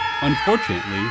Unfortunately